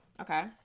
Okay